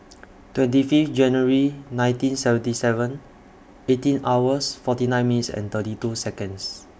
twenty Fifth January nineteen seventy seven eighteen hours forty nine minutes and thirty two Seconds